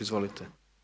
Izvolite.